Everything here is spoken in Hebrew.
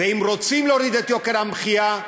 ואם רוצים להוריד את יוקר המחיה,